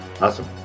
Awesome